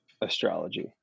astrology